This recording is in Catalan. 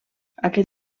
aquest